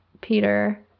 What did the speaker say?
Peter